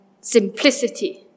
simplicity